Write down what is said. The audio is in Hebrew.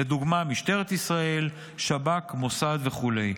לדוגמה, משטרת ישראל, שב"כ, המוסד וכו'.